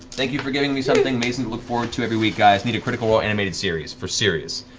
thank you for giving me something amazing to look forward to every week, guys. need a critical role animated series. for serious.